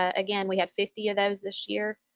ah again, we had fifty of those this year,